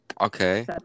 okay